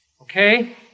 Okay